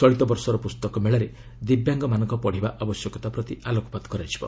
ଚଳିତ ବର୍ଷର ପୁସ୍ତକମେଳାରେ ଦିବ୍ୟାଙ୍ଗମାନଙ୍କ ପଢ଼ିବା ଆବଶ୍ୟକତା ପ୍ରତି ଆଲୋକପାତ କରାଯିବ